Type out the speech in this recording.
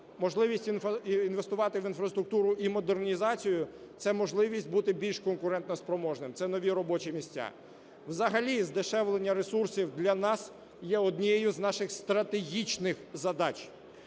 Можливість інвестувати в інфраструктуру і модернізацію – це можливість бути більш конкурентоспроможним, це нові робочі місця. Взагалі здешевлення ресурсів для нас є однією з наших стратегічних задач.